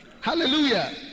Hallelujah